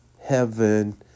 heaven